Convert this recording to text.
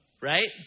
right